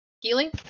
healing